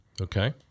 Okay